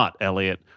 Elliot